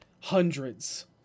hundreds